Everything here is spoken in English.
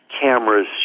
cameras